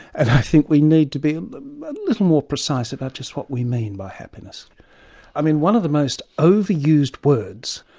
and i think we need to be a little more precise about just what we mean by happiness i mean, one of the most over-used words,